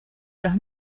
los